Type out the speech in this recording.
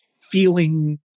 feeling